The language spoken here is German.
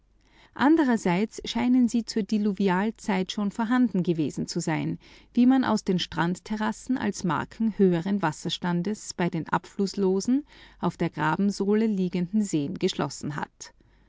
andererseits scheinen sie zur diluvialzeit schon vorhanden gewesen zu sein wie man aus den strandterrassen als marken höheren wasserstandes bei den abflußlosen auf der grabensohle liegenden seen geschlossen hat